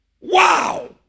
Wow